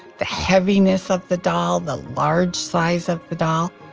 the heaviness of the doll, the large size of the doll.